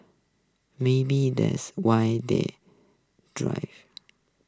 maybe that's why they drive